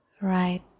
right